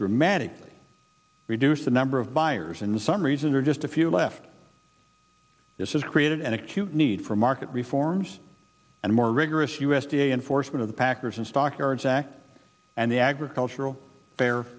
dramatically reduced the number of buyers and some reason or just a few left this has created an acute need for market reforms and more rigorous u s d a enforcement of the packers and stockyards act and the agricultural fair